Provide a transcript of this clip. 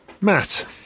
Matt